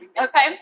Okay